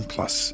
Plus